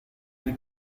era